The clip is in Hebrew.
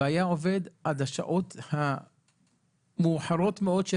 הוא היה עובד עד השעות המאוחרות מאוד של